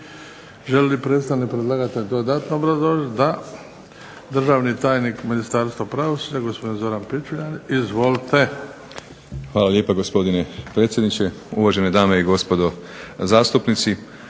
li predstavnik predlagatelja dodatno obrazložiti? Da. Državni tajnik u Ministarstvu pravosuđa, gospodin Zoran Pičuljan. Izvolite. **Pičuljan, Zoran** Hvala lijepa gospodine predsjedniče, uvažene dame i gospodo zastupnici.